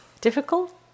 Difficult